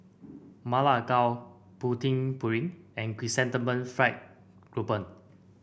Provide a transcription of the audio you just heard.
Ma Lai Gao Putu Piring and Chrysanthemum Fried Grouper